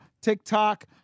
TikTok